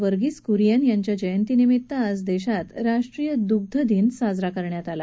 वर्गिस कुरियन यांच्या जयंतीनिमित्त आज देशात राष्ट्रीय दुग्ध दिन साजरा करण्यात आला